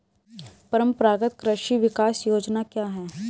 परंपरागत कृषि विकास योजना क्या है?